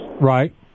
Right